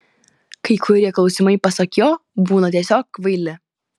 kai kurie klausimai pasak jo būna tiesiog kvaili